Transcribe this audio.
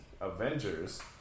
Avengers